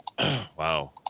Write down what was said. Wow